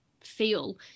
feel